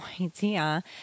idea